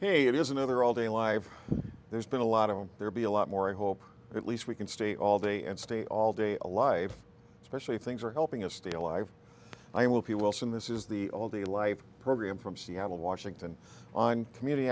hey it is another all day alive there's been a lot of will there be a lot more i hope at least we can stay all day and stay all day alive especially if things are helping us stay alive i will be wilson this is the all day life program from seattle washington on commu